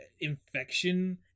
infection